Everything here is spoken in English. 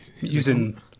Using